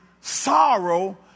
sorrow